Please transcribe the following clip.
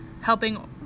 helping